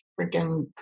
freaking